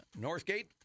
Northgate